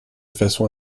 façon